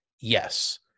yes